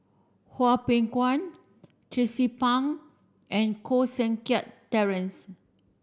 Hwang Peng Yuan Tracie Pang and Koh Seng Kiat Terence